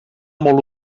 molt